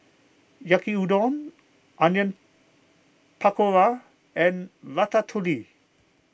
Yaki Udon Onion Pakora and Ratatouille